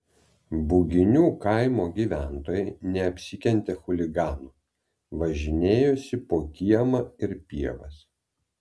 buginių kaimo gyventojai neapsikentė chuliganų važinėjosi po kiemą ir pievas